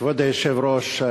כבוד היושב-ראש,